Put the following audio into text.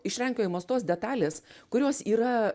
išrankiojimos tos detalės kurios yra